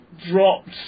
dropped